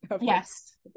yes